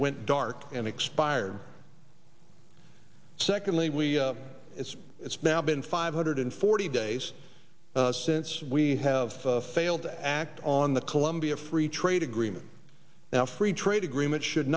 went dark and expired secondly we it's it's now been five hundred forty days since we have failed to act on the colombia free trade agreement now free trade agreement should